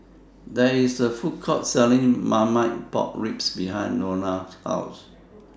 There IS A Food Court Selling Marmite Pork Ribs behind Nora's House